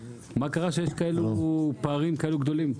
מה קרה שיש פערים כאלה גדולים.